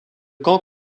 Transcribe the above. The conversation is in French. camp